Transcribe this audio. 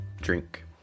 drink